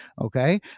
Okay